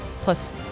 plus